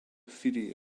theory